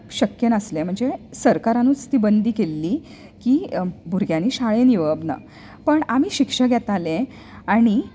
शक्य नासलें म्हणजे सरकारानूत ती बंदी केल्ली की भुरग्यांनी शाळेन येवप ना पण आमी शिक्षक येताले आनी